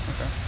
Okay